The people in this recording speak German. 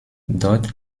dort